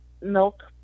Milk